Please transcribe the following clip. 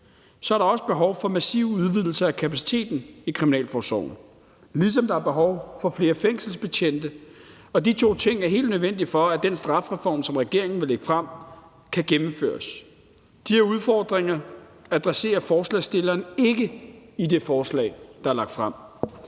– er der også behov for massive udvidelser af kapaciteten i kriminalforsorgen, ligesom der er behov for flere fængselsbetjente. De to ting er helt nødvendige for, at den strafreform, som regeringen vil lægge frem, kan gennemføres. De udfordringer adresserer forslagsstillerne ikke i det forslag, der er fremsat.